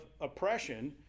oppression